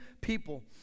people